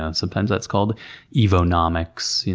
ah sometimes that's called evonomics.